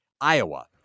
Iowa